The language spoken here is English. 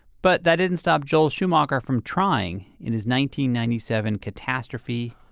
but that didn't stop joel schumacher from trying. in his nineteen ninety seven catastrophe,